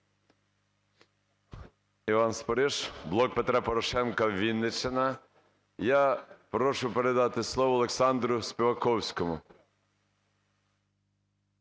Дякую